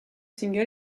single